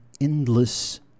endless